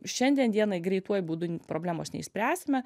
šiandien dienai greituoju būdu problemos neišspręsime